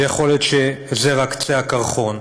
ויכול להיות שזה רק קצה הקרחון.